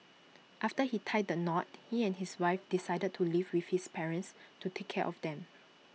after he tied the knot he and his wife decided to live with his parents to take care of them